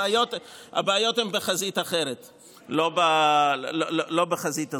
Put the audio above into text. הבעיות הן בחזית אחרת, לא בחזית הזאת.